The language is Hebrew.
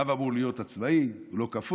רב אמור להיות עצמאי, הוא לא כפוף.